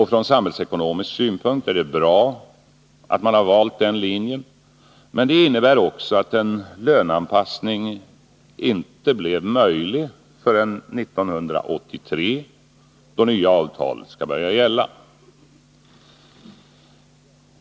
Från samhällsekonomisk synpunkt är det bra att man valt den linjen. Men det innebär också att en löneanpassning inte blir möjlig förrän 1983, då nya avtal skall börja gälla.